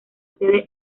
sede